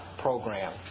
program